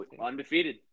Undefeated